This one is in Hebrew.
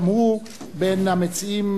גם הוא בין המציעים,